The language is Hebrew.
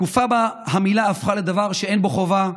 בתקופה שבה המילה הפכה לדבר שאין בו חובה,